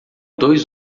dois